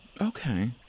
Okay